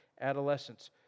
adolescents